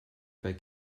bei